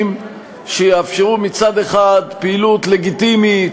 שיאפשרו מצד אחד פעילות לגיטימית,